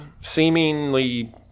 seemingly